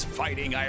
fighting